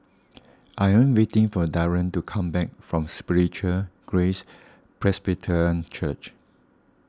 I am waiting for Darion to come back from Spiritual Grace Presbyterian Church